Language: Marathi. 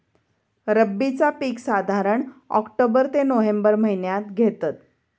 रब्बीचा पीक साधारण ऑक्टोबर ते नोव्हेंबर महिन्यात घेतत